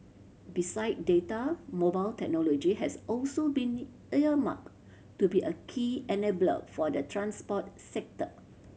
beside data mobile technology has also been earmarked to be a key enabler for the transport sector